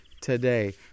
today